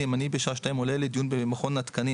בשעה 14:00 אני עולה לדיון במכון התקנים.